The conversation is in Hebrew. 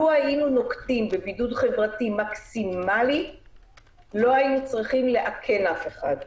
לו היינו נוקטים בבידוד חברתי מקסימלי לא היינו צריכים לאכן אף אחד.